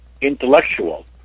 intellectual